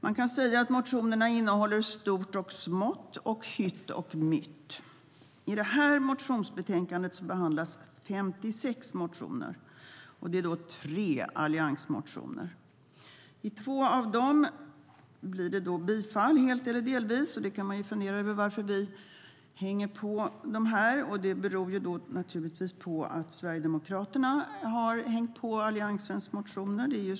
Man kan säga att motionerna innehåller stort och smått och hytt och mytt. I detta motionsbetänkande behandlas 56 motioner, varav tre alliansmotioner. På två av dem blir det bifall helt eller delvis. Man kan fundera över varför vi hänger på dem. Det beror naturligtvis på att Sverigedemokraterna har hängt på Alliansens motioner.